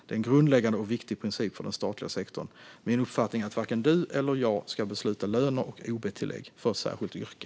Det är en grundläggande och viktig princip för den statliga sektorn. Min uppfattning är att varken Tobias Andersson eller jag ska besluta löner och ob-tillägg för ett särskilt yrke.